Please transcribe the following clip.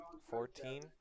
Fourteen